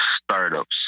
startups